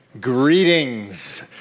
greetings